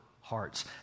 hearts